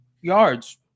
yards